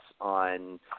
on